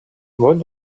what